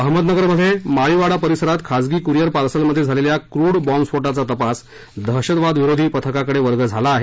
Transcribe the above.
अहमदनगरमधे माळीवाडा परिसरात खासगी कुरियर पार्सलमध्ये झालेल्या क्रूड बॉम्बस्फोटाचा तपास दहशतवाद विरोधी पथकाकडे वर्ग केला आहे